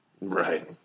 Right